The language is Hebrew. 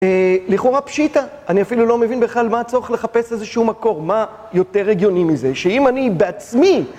לכאורה פשיטא, אני אפילו לא מבין בכלל מה הצורך לחפש איזה שהוא מקור. מה יותר הגיוני מזה? שאם אני בעצמי...